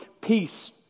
peace